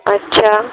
अच्छा